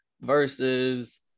versus